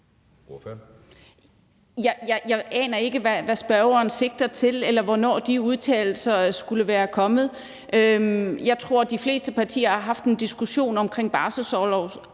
Jeg aner ikke, hvad spørgeren sigter til, eller hvornår de udtalelser skulle være kommet. Jeg tror, de fleste partier har haft en diskussion omkring barselsorlovsreglerne,